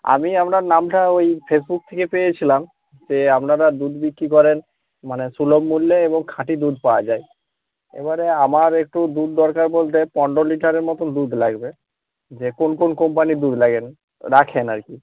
আমি আপনার নামটা ওই ফেসবুক থেকে পেয়েছিলাম যে আপনারা দুধ বিক্রি করেন মানে সুলভ মূল্যে এবং খাঁটি দুধ পাওয়া যায় এবারে আমার একটু দুধ দরকার বলতে পনেরো লিটারের মতো দুধ লাগবে যে কোন কোন কোম্পানির দুধ লাগেন রাখেন আর কি